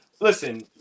listen